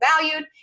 valued